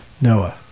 noah